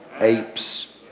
apes